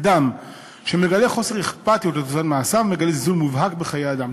אדם שמגלה חוסר אכפתיות לתוצאות מעשיו מגלה זלזול מובהק בחיי אדם.